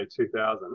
2000